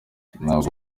ntabwo